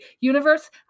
universe